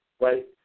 right